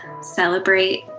celebrate